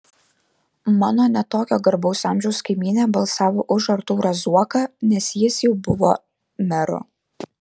mano ne tokio garbaus amžiaus kaimynė balsavo už artūrą zuoką nes jis jau buvo meru